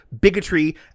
bigotry